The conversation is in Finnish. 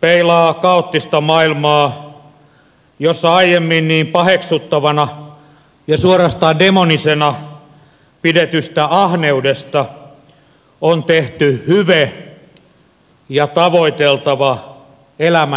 peilaa kaoottista maailmaa jossa aiemmin niin paheksuttavana ja suorastaan demonisena pidetystä ahneudesta on tehty hyve ja tavoiteltava elämänasenne